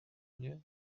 mnie